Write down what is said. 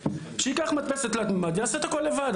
שייקח מדפסת תלת ממד ויעשה את הכל לבד,